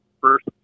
first